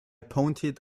pointed